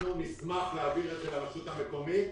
אנחנו נשמח להעביר את זה לרשות המקומית.